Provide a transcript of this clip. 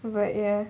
mm but ya